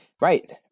right